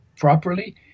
properly